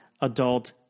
adult